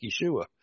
Yeshua